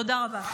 תודה רבה.